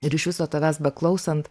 ir iš viso tavęs beklausant